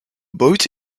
boat